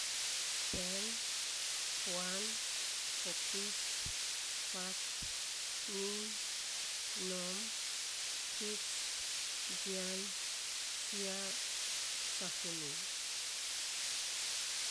Sen, fuan, fopis, fats, ngim, nom, fits, jian, sia, safunuu.